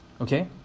okay